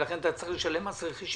ולכן אתה צריך לשלם מס רכישה.